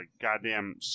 goddamn